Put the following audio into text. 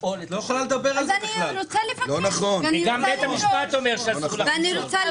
לשאול את השאלה הזאת וגם בית המשפט אומר כך.